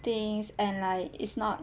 things and like it's not